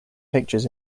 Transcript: pictures